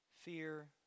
fear